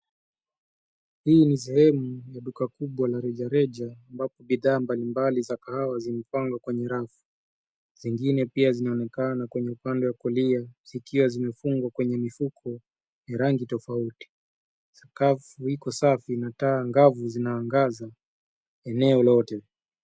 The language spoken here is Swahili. Hii ni sehemu ya duka kubwa la rejareja ambapo bidhaa mbalimbali za kahawa zimepangwa kwenye rafu. Zingine pia zinaonekana kwenye upande wa kulia zikiwa zimefungwa kwenye mifuko ya rangi tofauti. Sakafu iko safi na taa angavu zinaangaza eneo lote.